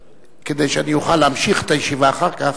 כדי שאני אוכל להמשיך את הישיבה אחר כך.